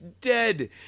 dead